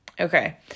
Okay